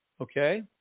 okay